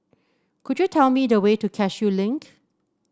could you tell me the way to Cashew Link